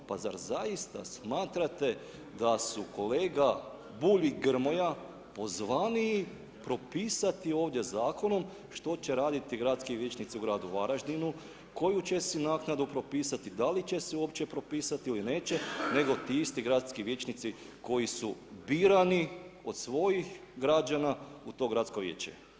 Pa zar zaista smatrate da su kolega Bulj i Grmoja pozvaniji propisati ovdje zakonom što će raditi gradski vijećnici u gradu Varaždinu, koju će si naknadu propisati, da li će si uopće propisati ili neće, nego ti isti gradski vijećnici koji su birani od svojih građana u to gradsko vijeće?